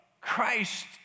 Christ